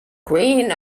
green